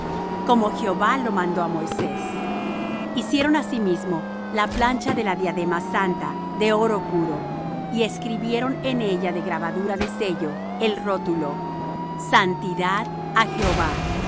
como jehová lo mandó á moisés hicieron asimismo la plancha de la diadema santa de oro puro y escribieron en ella de grabadura de sello el rótulo santidad a jehova y